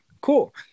Cool